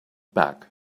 back